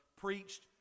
preached